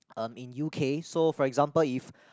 um in U_K so for example if